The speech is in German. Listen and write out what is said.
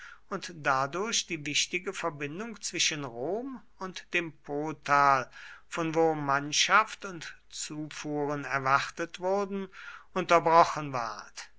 und dadurch die wichtige verbindung zwischen rom und dem potal von wo mannschaft und zufuhren erwartet wurden unterbrochen ward